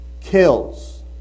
kills